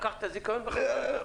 לקחת את הזיכיון בחזרה.